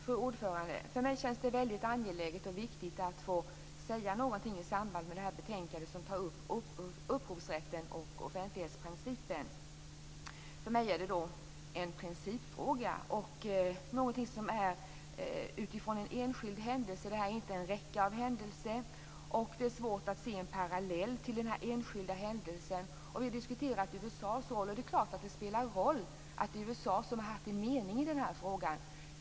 Fru talman! För mig känns det väldigt angeläget och viktigt att få säga någonting i samband med behandlingen av detta betänkande som tar upp upphovsrätten och offentlighetsprincipen. Det är en principfråga. Den föreslagna ändringen beror på en enskild händelse och inte en räcka av händelser. Det är svårt att se en parallell till den enskilda händelsen. Vi har diskuterat USA:s roll. Det är klart att det har spelat en roll att det är USA som haft en mening i den här frågan.